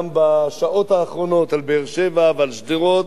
גם בשעות האחרונות, על באר-שבע, ועל שדרות,